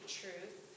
truth